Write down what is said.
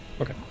Okay